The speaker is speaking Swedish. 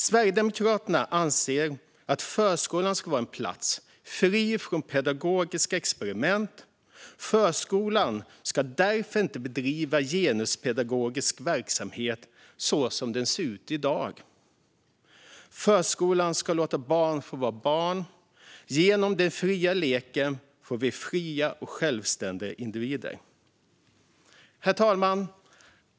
Sverigedemokraterna anser att förskolan ska vara en plats fri från pedagogiska experiment. Förskolan ska därför inte bedriva genuspedagogisk verksamhet så som den ser ut i dag. Förskolan ska låta barn få vara barn. Genom den fria leken får vi fria och självständiga individer. Herr talman!